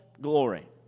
glory